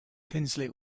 tinsley